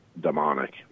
demonic